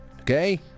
okay